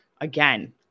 again